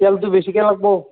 তেলটো বেছিকৈ লাগিব